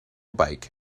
bike